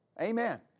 Amen